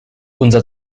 unser